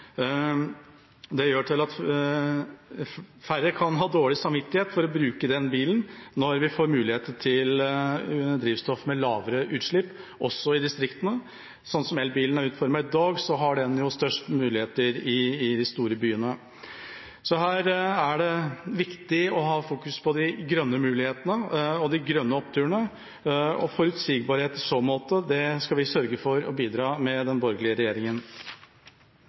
Det gjør at færre kan ha dårlig samvittighet for å bruke bilen når man får mulighet til å bruke drivstoff som gir lavere utslipp, også i distriktene. Slik som elbilen er utformet i dag, har den størst muligheter i de store byene. Her er det viktig å ha fokus på de grønne mulighetene, de grønne oppturene og forutsigbarhet, og det skal vi sørge for å bidra til med den borgerlige